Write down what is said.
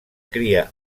cria